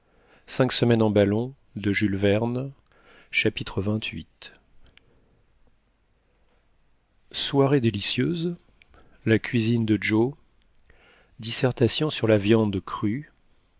soirée délicieuse la cuisine de joe dissertation sur la viande crue